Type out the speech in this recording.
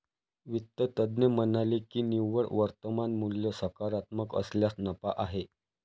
वित्त तज्ज्ञ म्हणाले की निव्वळ वर्तमान मूल्य सकारात्मक असल्यास नफा आहे